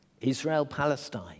Israel-Palestine